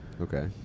Okay